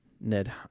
Ned